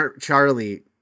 Charlie